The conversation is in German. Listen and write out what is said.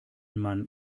man